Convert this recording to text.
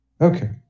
Okay